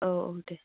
औ दे